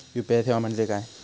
UPI सेवा म्हणजे काय?